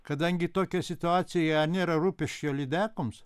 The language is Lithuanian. kadangi tokia situacija nėra rūpesčio lydekoms